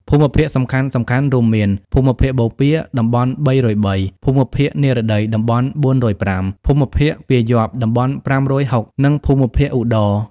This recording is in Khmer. ភូមិភាគសំខាន់ៗរួមមាន៖ ភូមិភាគបូព៌ា (តំបន់២០៣), ភូមិភាគនិរតី (តំបន់៤០៥), ភូមិភាគពាយព្យ (តំបន់៥៦០) និងភូមិភាគឧត្តរ។